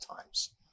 times